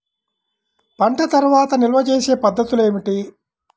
పంట తర్వాత నిల్వ చేసే పద్ధతులు ఏమిటి?